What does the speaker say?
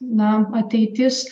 na ateitis